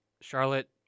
Charlotte